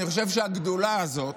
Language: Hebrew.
אני חושב שהגדולה הזאת